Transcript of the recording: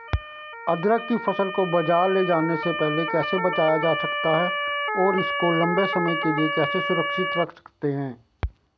अदरक की फसल को बाज़ार ले जाने से पहले कैसे बचाया जा सकता है और इसको लंबे समय के लिए कैसे सुरक्षित रख सकते हैं?